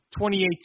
2018